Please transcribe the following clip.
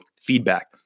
feedback